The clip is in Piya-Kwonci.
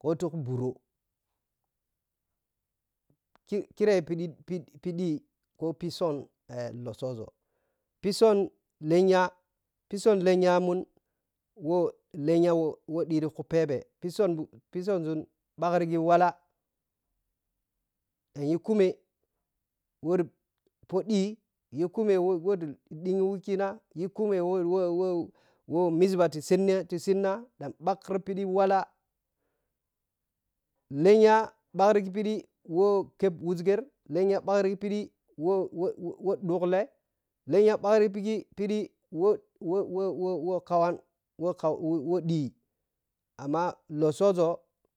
ko ti ku buhro ki kire phiɗi phi phiɗi ko phi sun lotsooȝo phiȝun lenya phisun lenyamun wo lenya wɔ ɗhiti ku phephei phiȝunȝun phiȝunȝun ɓhakrighi walla ɗan yi kume wo phoɗi yi kume wo ti ɗhigho wikina yi khume wowo wowo miȝɛhha ti sini ti sinna ɗan ɓhakri bhiɗi wallah lenya bhakrighi phiɗi wo kepp wuȝgher lenya bhakrighi phiɗi wowowo ɗhukle lenya ɓhakrighi phiɗi phiɗi wowowo khawon wo kau wo ɗhi amma lotsooȝo,